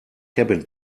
cabin